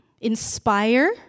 inspire